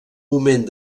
moment